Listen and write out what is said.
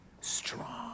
strong